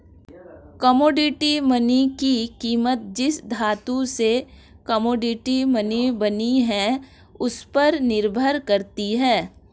commodity money की कीमत जिस धातु से कोमोडिटी मनी बनी है उस पर निर्भर करती है